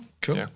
cool